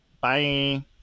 Bye